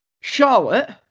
Charlotte